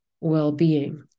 well-being